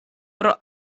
pro